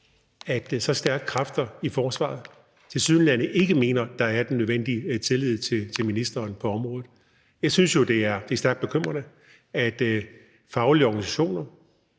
at så stærke kræfter i forsvaret tilsyneladende ikke mener, at der er den nødvendige tillid til ministeren på området? Jeg synes jo, det er stærkt bekymrende, at faglige organisationer